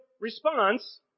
response